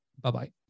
Bye-bye